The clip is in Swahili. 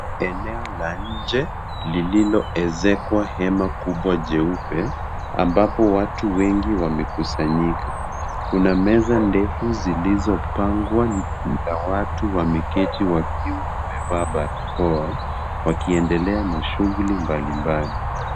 Eneo la nje lililoezekwa hema kubwa jeupe ambapo watu wengi wamekusanyika. Kuna meza ndefu zilizopangwa na watu wameketi wakiwa wamevaa barakoa, wakiendelea na shughuli mbalimbali.